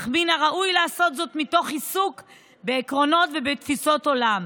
אך מן הראוי לעשות זאת מתוך עיסוק בעקרונות ובתפיסות עולם,